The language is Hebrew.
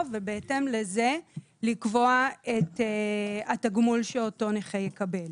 ובהתאם לזה לקבוע את התגמול שאותו נכה יקבל,